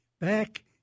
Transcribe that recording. back